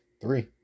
Three